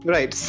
Right